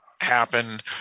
happen